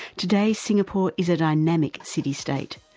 today's singapore is a dynamic city-state,